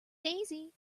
daisy